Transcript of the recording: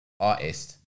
Artist